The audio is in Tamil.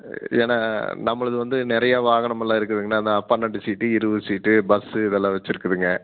ஏன்னால் நம்மளது வந்து நிறையா வாகனம் எல்லாம் இருக்குதுங்கண்ணா அந்த பன்னெண்டு ஷீட்டு இருபது ஷீட்டு பஸ்ஸு இதெல்லாம் வச்சுருக்குதுங்க